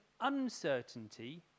uncertainty